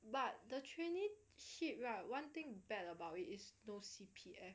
but the trainee ship right one thing bad about it is no C_P_F